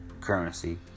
currency